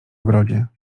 ogrodzie